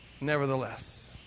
Nevertheless